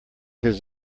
his